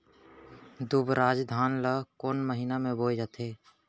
दुबराज धान ला कोन महीना में बोये जाथे?